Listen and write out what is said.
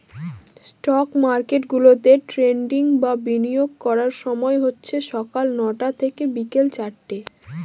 stock market গুলাতে trading বা বিনিয়োগ করার সময় হচ্ছে সকাল নটা থেকে বিকেল চারটে